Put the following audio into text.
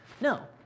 No